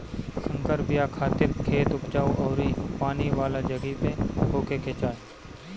संकर बिया खातिर खेत उपजाऊ अउरी पानी वाला जगही पे होखे के चाही